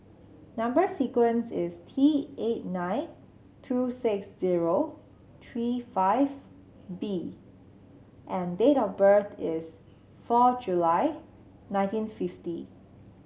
number sequence is T eight nine two six zero three five B and date of birth is four July nineteen fifty